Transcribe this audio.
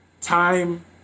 time